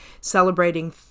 celebrating